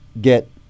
get